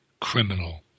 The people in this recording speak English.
criminal